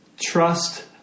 Trust